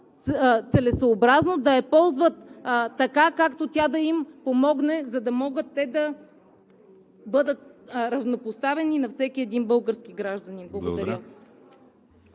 целесъобразно, да я ползват така, както тя да им помогне, за да могат те да бъдат равнопоставени на всеки един български гражданин. Благодаря.